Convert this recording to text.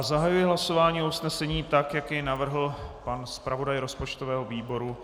Zahajuji hlasování o usnesení, tak jak jej navrhl pan zpravodaj rozpočtového výboru.